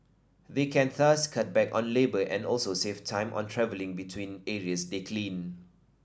they can thus cut back on labour and also save time on travelling between areas they clean